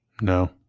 No